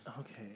Okay